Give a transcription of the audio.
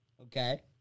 Okay